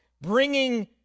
bringing